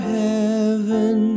heaven